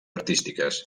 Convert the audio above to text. artístiques